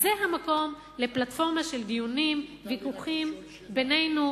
זה המקום לפלטפורמה של דיונים וויכוחים בינינו,